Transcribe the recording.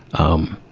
um,